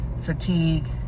fatigue